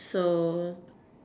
so